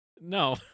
No